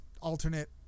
alternate